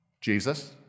Jesus